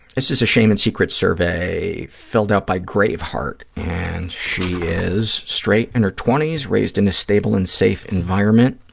this is a shame and secrets survey filled out by grave heart, and she is straight, in her twenty s, raised in a stable and safe environment.